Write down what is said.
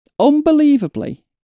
Unbelievably